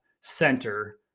center